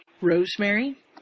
Rosemary